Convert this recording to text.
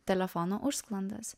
telefono užsklandas